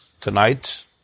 tonight